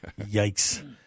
Yikes